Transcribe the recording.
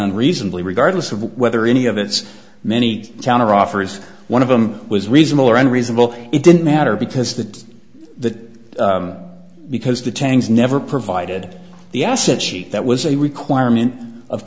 on reasonably regardless of whether any of its many counteroffers one of them was reasonable or unreasonable it didn't matter because the the because the tangs never provided the assets that was a requirement of